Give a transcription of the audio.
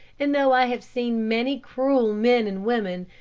and though i have seen many cruel men and women,